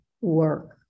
work